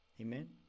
Amen